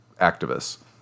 activists